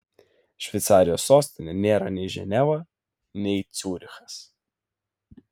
šveicarijos sostinė nėra nei ženeva nei ciurichas